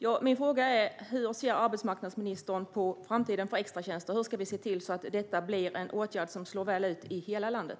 Min fråga är: Hur ser arbetsmarknadsministern på framtiden för extratjänster? Hur ska vi se till att detta blir en åtgärd som slår väl ut i hela landet?